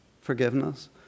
forgiveness